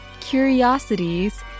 curiosities